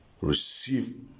receive